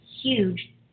huge